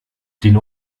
den